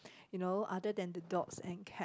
you know other than the dogs and cat